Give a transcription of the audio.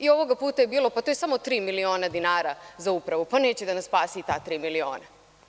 I ovoga puta je bilo – pa to je samo tri miliona dinara za Upravu, neće da nas spasu ta tri miliona.